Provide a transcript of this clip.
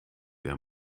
der